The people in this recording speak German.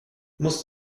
musst